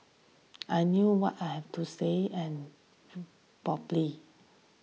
I knew what I have to say and properly